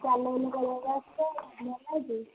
ଚାଲବୁଲ କରିବାକୁ ଆସୁଛ ଝିଅ ନାହିଁ କି